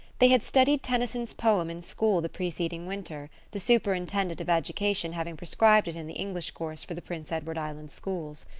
they had studied tennyson's poem in school the preceding winter, the superintendent of education having prescribed it in the english course for the prince edward island schools.